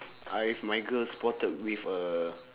I with my girl spotted with uh